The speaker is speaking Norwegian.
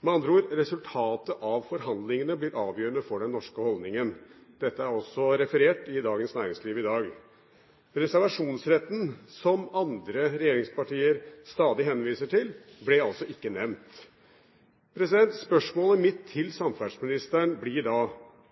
Med andre ord: Resultatet av forhandlingene blir avgjørende for den norske holdningen. Dette er også referert i Dagens Næringsliv i dag. Reservasjonsretten, som andre regjeringspartier stadig henviser til, ble altså ikke nevnt. Spørsmålet mitt til samferdselsministeren blir da